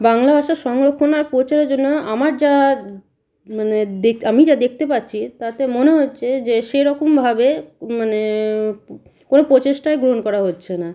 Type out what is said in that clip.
বাংলা ভাষা সংরক্ষণ আর প্রচারের জন্য আমার যা মানে দেখতে আমি যা দেখতে পাচ্ছি তাতে মনে হচ্ছে যে সেরকমভাবে মানে কোনো প্রচেষ্টাই গ্রহণ করা হচ্ছে না